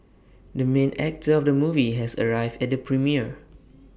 the main actor of the movie has arrived at the premiere